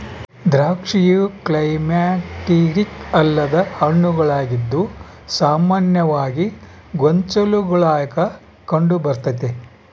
ದ್ರಾಕ್ಷಿಯು ಕ್ಲೈಮ್ಯಾಕ್ಟೀರಿಕ್ ಅಲ್ಲದ ಹಣ್ಣುಗಳಾಗಿದ್ದು ಸಾಮಾನ್ಯವಾಗಿ ಗೊಂಚಲುಗುಳಾಗ ಕಂಡುಬರ್ತತೆ